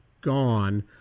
gone